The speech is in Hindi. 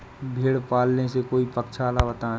भेड़े पालने से कोई पक्षाला बताएं?